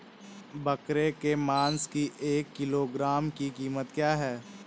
बकरे के मांस की एक किलोग्राम की कीमत क्या है?